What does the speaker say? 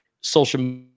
social